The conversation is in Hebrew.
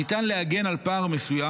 ניתן להגן על פער מסוים,